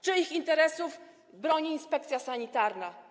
Czyich interesów broni inspekcja sanitarna?